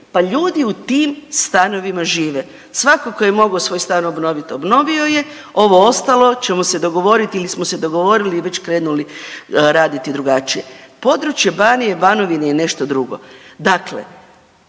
pa ljudi u tim stanovima žive. Svatko tko je mogao svoj stan obnovit obnovio je, ovo ostalo ćemo se dogovoriti ili smo se dogovorili i već krenuli raditi drugačije. Područje Banije i Banovine je nešto drugo.